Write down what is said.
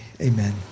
amen